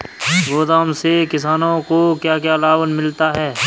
गोदाम से किसानों को क्या क्या लाभ मिलता है?